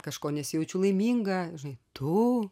kažko nesijaučiu laiminga žinai tu